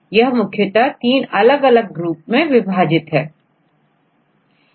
यह मुख्यतः 3 अलग अलग ग्रुप में विभाजित है